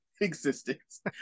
existence